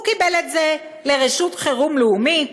הוא קיבל את זה לרשות חירום לאומית,